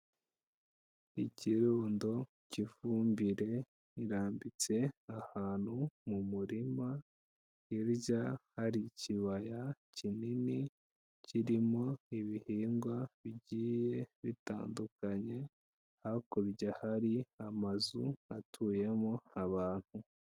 Ikirundo cy'ivumbire rirambitse ahantu mu murima, hirya hari ikibaya kinini kirimo ibihingwa bigiye bitandukanye, hakurya hari amazu atuyemo abantu.